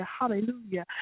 hallelujah